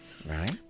Right